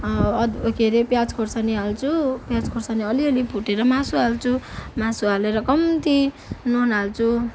a अध के अरे प्याज खर्सानी हाल्छु प्याज खर्सानी अलि अलि भुटेर मासु हाल्छु मासु हालेर कम्ति नुन हाल्छु